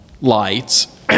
lights